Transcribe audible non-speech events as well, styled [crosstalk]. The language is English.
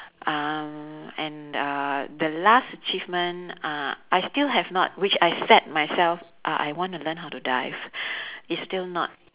um and uh the last achievement uh I still have not which I set myself uh I want to learn how to dive [breath] it's still not